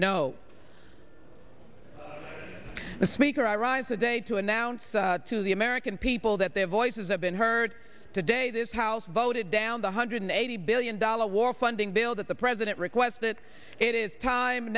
no the speaker i rise today to announce to the american people that their voices have been heard today this house voted down the hundred eighty billion dollars war funding bill that the president requested it is time